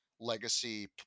legacy